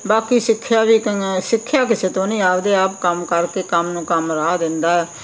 ਬਾਕੀ ਸਿੱਖਿਆ ਵੀ ਕਈ ਸਿੱਖਿਆ ਕਿਸੇ ਤੋਂ ਨਹੀਂ ਆਪਦੇ ਆਪ ਕੰਮ ਕਰਕੇ ਕੰਮ ਨੂੰ ਕੰਮ ਰਾਹ ਦਿੰਦਾ